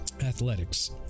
Athletics